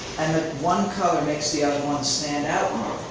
and the one color makes the other one stand out more.